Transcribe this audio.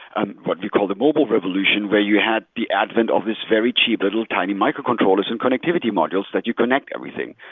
and what we call the mobile revolution, where you had the advent of this very cheap little tiny microcontrollers and connectivity modules that you connect everything.